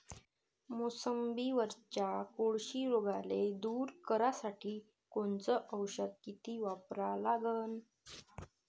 मोसंबीवरच्या कोळशी रोगाले दूर करासाठी कोनचं औषध किती वापरा लागन?